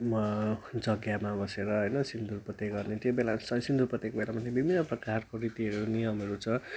यज्ञमा बसेर होइन सिन्दुर पोते गर्ने त्यो बेलामा सिन्दुर पोतेको बेलामा विभिन्न प्रकारको रीतिहरू नियमहरू छ